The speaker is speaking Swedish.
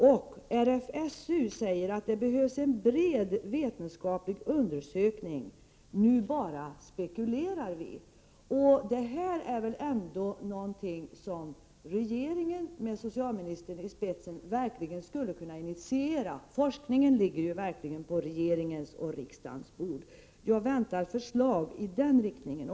RFSU framhåller att det behövs en bred vetenskaplig undersökning — för närvarande spekulerar vi bara. Det här är väl någonting som regeringen med socialministern i spetsen verkligen skulle kunna initiera. Forskningen ligger ju på regeringens och riksdagens bord. Jag förväntar mig förslag också i den riktningen.